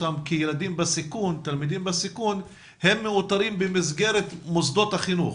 אותם כתלמידים בסיכון הם מאותרים במסגרת מוסדות החינוך,